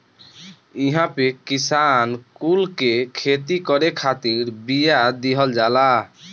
इहां पे किसान कुल के खेती करे खातिर बिया दिहल जाला